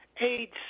AIDS